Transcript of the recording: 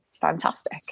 Fantastic